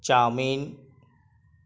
chowmein